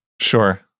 Sure